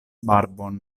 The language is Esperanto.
barbon